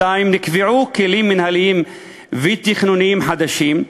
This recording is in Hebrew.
2. נקבעו כלים מינהליים ותכנוניים חדשים,